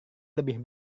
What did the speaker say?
lebih